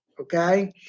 okay